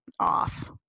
off